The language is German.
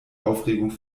aufregung